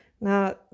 Now